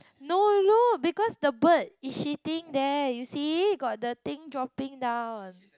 no look because the bird is shitting there you see got the thing dropping down